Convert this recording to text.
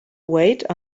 wait